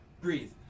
breathe